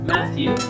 Matthew